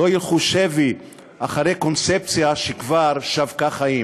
לא ילכו שבי אחרי קונספציה שכבר שבקה חיים.